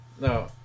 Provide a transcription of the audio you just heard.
No